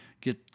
get